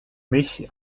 mich